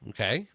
Okay